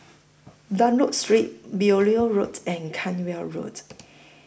Dunlop Street Beaulieu Road and Cranwell Road